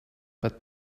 but